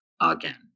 again